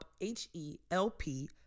H-E-L-P